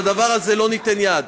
לדבר הזה לא ניתן יד.